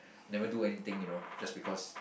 never do anything you know just because